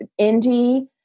indie